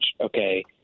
Okay